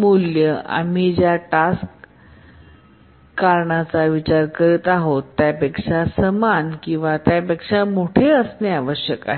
मूल्य आम्ही ज्या टास्ककारणाचा विचार करीत आहोत त्यापेक्षा समान किंवा त्यापेक्षा मोठे असणे आवश्यक आहे